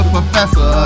Professor